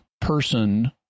person